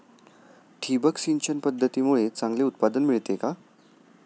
ठिबक सिंचन पद्धतीमुळे चांगले उत्पादन मिळते का?